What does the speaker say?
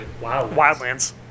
Wildlands